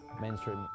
mainstream